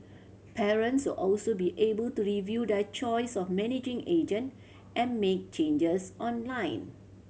parents will also be able to review their choice of managing agent and make changes online